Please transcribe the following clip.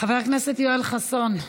חבר הכנסת יואל חסון,